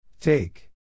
Take